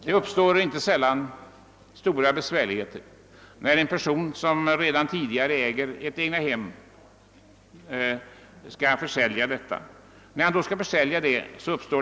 Inte sällan möter emellertid stora svårigheter när en person som redan tidigare äger ett egnahem skall försälja detta.